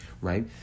right